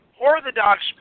Orthodox